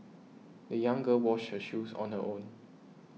the young girl washed her shoes on her own